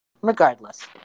Regardless